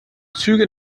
züge